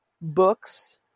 books